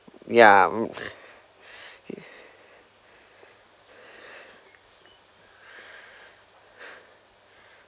yeah mm